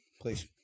Please